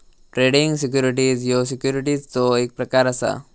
trading securities ह्यो सिक्युरिटीजचो एक प्रकार असा